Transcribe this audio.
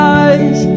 eyes